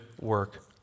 work